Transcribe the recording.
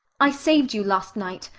i saved you last night.